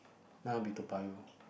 mine will be Toa-Payoh